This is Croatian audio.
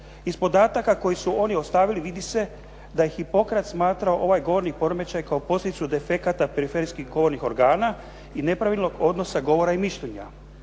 Iz podataka koji su oni ostavili vidi se da je Hipokrat smatrao ovaj govorni poremećaj kao posljedicu defekata periferijskih govornih organa i nepravilnog odnosa govora i mišljenja.